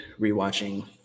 rewatching